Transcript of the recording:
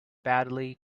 badly